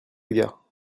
gars